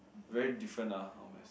very different lah all my